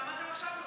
למה את לא תומכת,